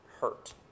hurt